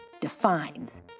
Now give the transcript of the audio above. defines